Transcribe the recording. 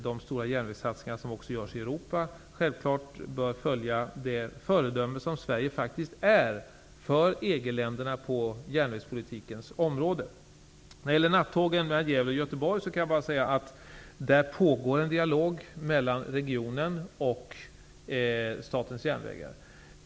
De stora järnvägssatsningar som också görs i Europa bör självfallet följa det föredöme som Sverige på järnvägstrafikens område faktiskt utgör för EG Om nattågen mellan Gävle och Göteborg pågår en dialog mellan representanter för regionen och SJ.